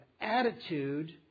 attitude